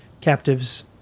captives